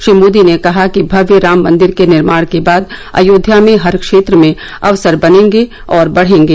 श्री मोदी ने कहा कि भव्य राम मन्दिर के निर्माण के बाद अयोध्या में हर क्षेत्र में अवसर बनेंगे और बढ़ेंगे